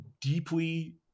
deeply